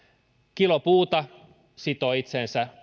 kilo puuta sitoo itseensä